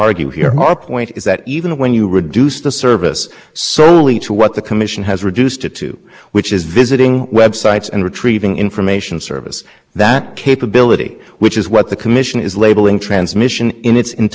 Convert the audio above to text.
it to which is visiting websites and retrieving information service that capability which is what the commission is labeling transmission in its entirety is not transmission that is a combination of transmission and computer processing